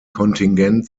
kontingent